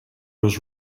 was